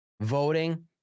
voting